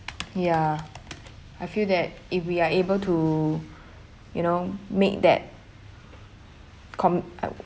ya I feel that if we are able to you know make that com~ au~